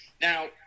Now